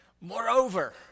moreover